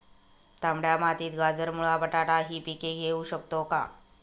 तांबड्या मातीत गाजर, मुळा, बटाटा हि पिके घेऊ शकतो का?